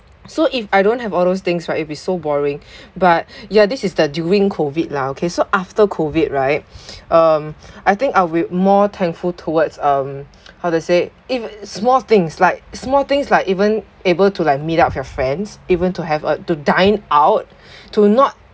so if I don't have all those things right it would be so boring but yeah this is that during COVID lah okay so after COVID right um I think I will more thankful towards um how to say if small things like small things like even able to like meet up with your friends even to have a to dine out to not